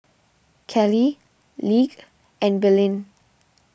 Cale Lige and Belen